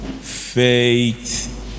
Faith